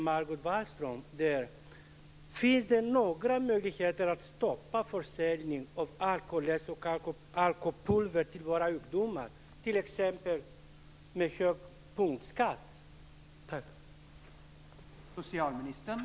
Wallström är: Finns det några möjligheter att stoppa försäljning av alkoläsk och alkopulver till våra ungdomar, t.ex. genom skärpt punktskatt?